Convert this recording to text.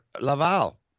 Laval